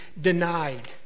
denied